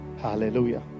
hallelujah